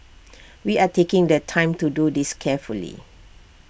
we are taking the time to do this carefully